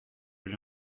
l’ai